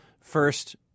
first